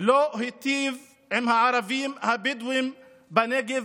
לא היטיב עם הערבים הבדואים בנגב